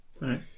Right